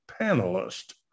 panelist